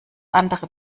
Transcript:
andere